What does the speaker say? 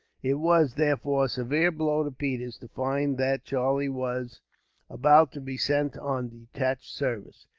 it was, therefore, a severe blow to peters, to find that charlie was about to be sent on detached service.